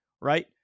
right